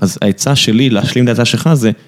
אז העצה שלי להשלים את העצה שלך זה...